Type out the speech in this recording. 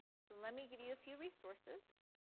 so let me give you a few resources,